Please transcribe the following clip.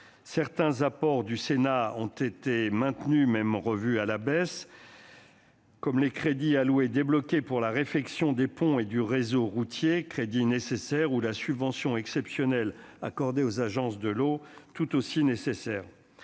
Certains apports du Sénat ont été maintenus, bien que revus à la baisse, comme les crédits nécessaires débloqués pour la réfection des ponts et du réseau routier ou la subvention exceptionnelle accordée aux agences de l'eau, qui est tout aussi nécessaire.